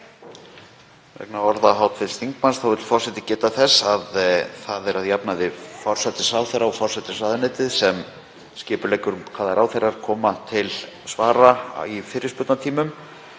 Vegna orða hv. þingmanns vill forseti geta þess að það er að jafnaði forsætisráðherra og forsætisráðuneytið sem skipuleggur hvaða ráðherrar koma til svara í fyrirspurnatímum.